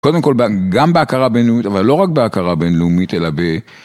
קודם כל, גם בהכרה בינלאומית, אבל לא רק בהכרה בינלאומית, אלא ב...